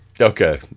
Okay